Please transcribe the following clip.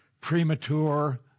premature